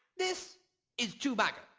this is chewbacca.